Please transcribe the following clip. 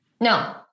no